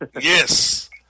Yes